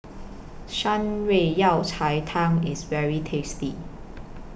Shan Rui Yao Cai Tang IS very tasty